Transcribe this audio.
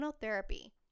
therapy